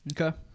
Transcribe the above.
Okay